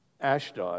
Ashdod